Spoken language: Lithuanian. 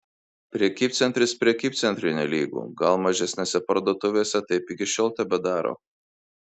prekybcentris prekybcentriui nelygu gal mažesnėse parduotuvėse taip iki šiol tebedaro